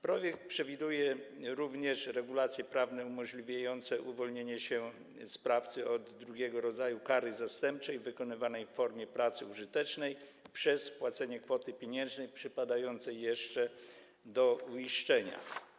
Projekt przewiduje również regulacje prawne umożliwiające uwolnienie się sprawcy od drugiego rodzaju kary zastępczej wykonywanej w formie pracy użytecznej przez wpłacenie kwoty pieniężnej przypadającej jeszcze do uiszczenia.